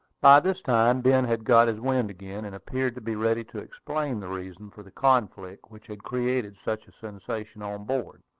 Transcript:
by this time ben had got his wind again, and appeared to be ready to explain the reason for the conflict which had created such a sensation on board.